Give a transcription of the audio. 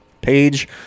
page